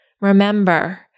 Remember